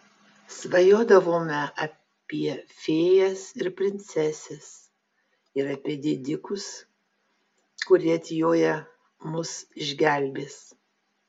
svajodavome apie fėjas ir princeses ir apie didikus kurie atjoję mus išgelbės